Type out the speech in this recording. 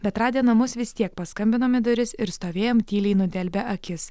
bet radę namus vis tiek paskambinom į duris ir stovėjom tyliai nudelbę akis